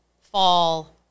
fall